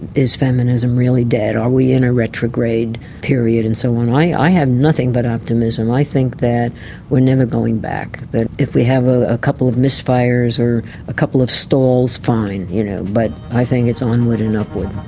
is feminism really dead, are we in a retrograde period, and so on. i have nothing but optimism. i think that we are never going back, that if we have ah a couple of misfires or a couple of stalls, fine, you know but i think it's onward and upward.